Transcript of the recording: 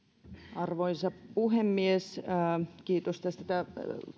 arvoisa puhemies kiitos tästä